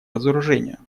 разоружению